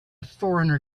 foreigner